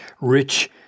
rich